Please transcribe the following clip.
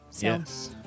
Yes